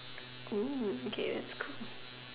Oh okay that's cool